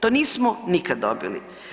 To nismo nikad dobili.